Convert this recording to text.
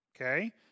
Okay